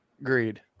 Agreed